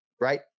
right